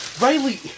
Riley